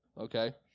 Okay